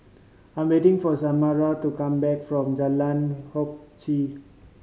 I'm waiting for Samara to come back from Jalan Hock Chye